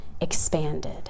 expanded